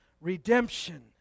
redemption